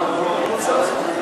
25),